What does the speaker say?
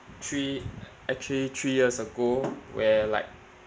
three actually three years ago where like